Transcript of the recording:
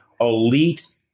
elite